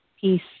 Peace